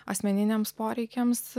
asmeniniams poreikiams